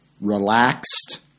relaxed